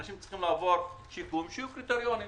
אנשים צריכים לעבור שיקום שיהיו קריטריונים